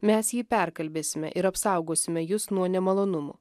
mes jį perkalbėsime ir apsaugosime jus nuo nemalonumų